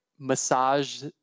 massage